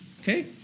Okay